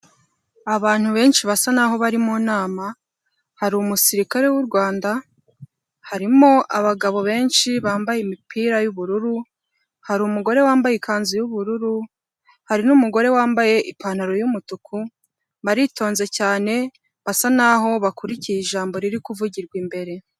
Abantu benshi basa naho bari mu nama hari umusirikare w'Urwanda harimo abagabo benshi bambaye imipira y'ubururu hari umugore wambaye ikanzu y'ubururu hari n'umugore wambaye ipantaro y'umutuku baritonze cyane basa naho bakurikiye ijambo riri kuvugirwa imbere.